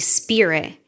spirit